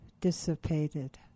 dissipated